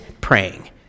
praying